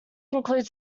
include